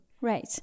Right